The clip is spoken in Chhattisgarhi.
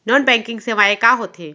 नॉन बैंकिंग सेवाएं का होथे